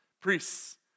Priests